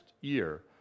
year